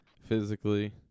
physically